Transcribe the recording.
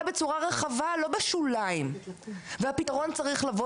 בצורה רחבה לא בשוליים והפתרון צריך לבוא